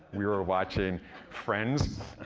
we were watching friends,